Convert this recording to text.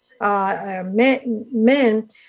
men